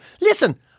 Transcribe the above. Listen